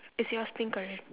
is yours pink colour